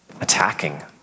attacking